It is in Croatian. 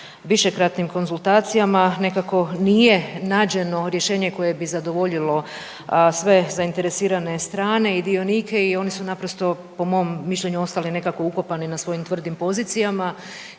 višekratnim konzultacijama nekako nije nađeno rješenje koje bi zadovoljilo sve zainteresirane strane i dionike i oni su naprosto po mom mišljenju ostali nekako ukopani na svojim tvrdim pozicijama